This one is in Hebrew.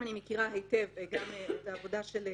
אני מכירה היטב גם את העבודה מה